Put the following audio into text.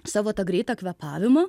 savo tą greitą kvėpavimą